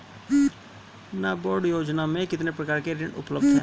नाबार्ड योजना में कितने प्रकार के ऋण उपलब्ध हैं?